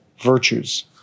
virtues